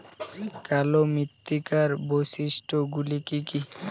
কালো মৃত্তিকার বৈশিষ্ট্য গুলি কি কি?